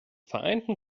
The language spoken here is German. vereinten